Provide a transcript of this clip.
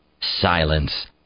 Silence